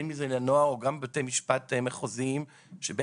בין אם זה לנוער וגם בתי משפט מחוזיים שבעצם